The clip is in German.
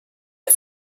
der